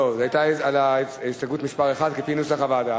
לא, זו היתה על הסתייגות מס' 1, כפי נוסח הוועדה.